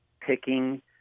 picking